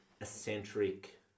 eccentric